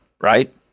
right